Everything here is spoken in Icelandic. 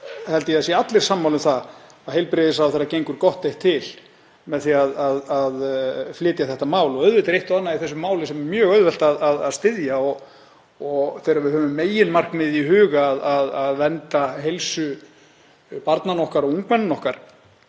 held að allir séu sammála um það að heilbrigðisráðherra gengur gott eitt til með því að flytja þetta mál og auðvitað er eitt og annað í málinu sem er mjög auðvelt að styðja og þegar við höfum meginmarkmiðið í huga, að vernda heilsu barna okkar og ungmenna,